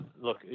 look